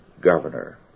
governor